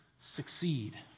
succeed